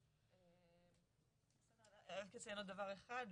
אני רק אציין עוד דבר אחד,